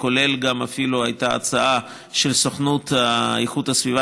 ואפילו הייתה הצעה של סוכנות איכות הסביבה